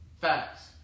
facts